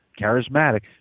charismatic